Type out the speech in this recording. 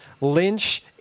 Lynch